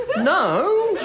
No